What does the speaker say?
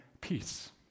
peace